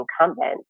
incumbent